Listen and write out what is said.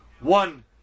One